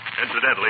Incidentally